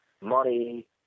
money